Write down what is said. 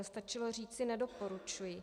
Stačilo říci nedoporučuji.